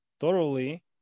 thoroughly